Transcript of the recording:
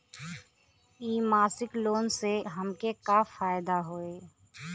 इ मासिक लोन से हमके का फायदा होई?